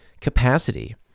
capacity